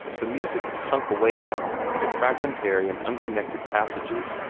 the music had sunk away now into fragmentary and unconnected passages,